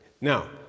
Now